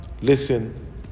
listen